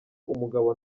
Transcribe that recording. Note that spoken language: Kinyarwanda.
umugabo